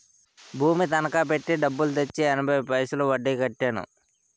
భూమి తనకా పెట్టి డబ్బు తెచ్చి ఎనభై పైసలు వడ్డీ కట్టాను